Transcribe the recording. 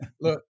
Look